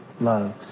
loves